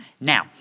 Now